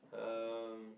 um